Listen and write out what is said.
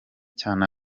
cyane